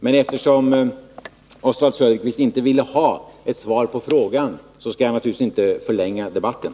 Men eftersom Oswald Söderqvist inte ville ha ett svar på frågan, skall jag naturligtvis inte förlänga debatten.